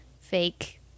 fake